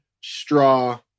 Straw